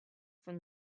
from